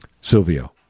Silvio